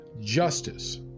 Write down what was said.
justice